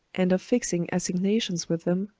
and of fixing assignations with them,